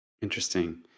Interesting